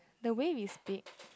the way we speak